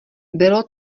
bylo